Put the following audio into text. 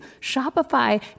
Shopify